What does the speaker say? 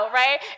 right